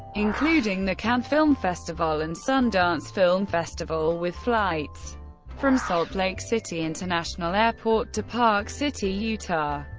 including the cannes film festival and sundance film festival with flights from salt lake city international airport to park city, utah.